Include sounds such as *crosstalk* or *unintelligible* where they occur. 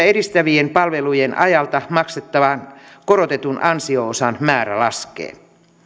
*unintelligible* edistävien palvelujen ajalta maksettavan korotetun ansio osan määrä laskee